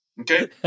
Okay